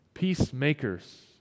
Peacemakers